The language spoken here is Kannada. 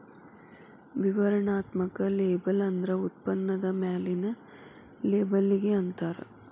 ವಿವರಣಾತ್ಮಕ ಲೇಬಲ್ ಅಂದ್ರ ಉತ್ಪನ್ನದ ಮ್ಯಾಲಿನ್ ಲೇಬಲ್ಲಿಗಿ ಅಂತಾರ